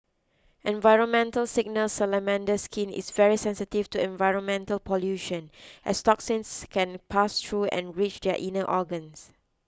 environmental signals Salamander skin is very sensitive to environmental pollution as toxins can pass through and reach their inner organs